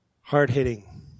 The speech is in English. Hard-hitting